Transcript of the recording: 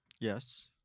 Yes